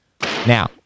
now